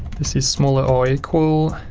this is smaller or equal,